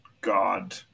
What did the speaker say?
God